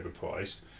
overpriced